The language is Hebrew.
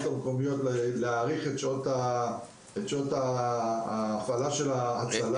המקומיות להאריך את שעות ההפעלה של שירותי ההצלה.